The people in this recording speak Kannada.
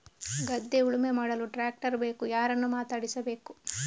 ಗದ್ಧೆ ಉಳುಮೆ ಮಾಡಲು ಟ್ರ್ಯಾಕ್ಟರ್ ಬೇಕು ಯಾರನ್ನು ಮಾತಾಡಿಸಬೇಕು?